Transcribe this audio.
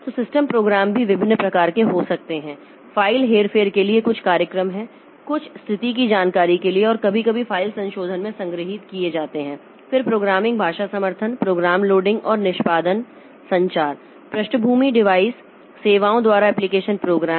तो system program भी विभिन्न प्रकार के हो सकते हैं फ़ाइल हेरफेर के लिए कुछ कार्यक्रम हैं कुछ स्थिति की जानकारी के लिए और कभी कभी फ़ाइल संशोधन में संग्रहीत किए जाते हैं फिर प्रोग्रामिंग भाषा समर्थन प्रोग्राम लोडिंग और निष्पादन संचार पृष्ठभूमि डिवाइस सेवाओं और एप्लिकेशन प्रोग्राम